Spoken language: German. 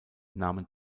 nahmen